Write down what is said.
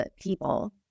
people